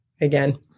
Again